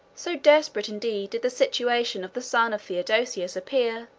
so desperate indeed did the situation of the son of theodosius appear,